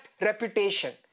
reputation